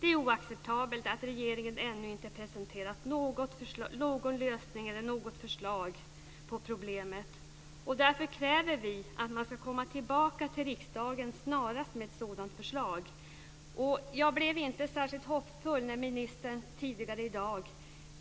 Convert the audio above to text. Det är oacceptabelt att regeringen ännu inte har presenterat någon lösning på problemet eller något förslag. Därför kräver vi att regeringen ska komma tillbaka till riksdagen snarast med ett sådant förslag. Jag blev inte särskilt hoppfull när ministern tidigare i dag,